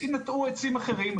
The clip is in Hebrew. יינטעו עצים אחרים,